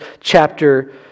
chapter